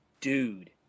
Dude